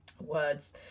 words